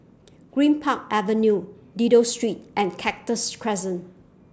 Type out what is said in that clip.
Greenpark Avenue Dido Street and Cactus Crescent